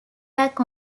back